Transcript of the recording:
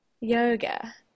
yoga